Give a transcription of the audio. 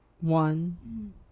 one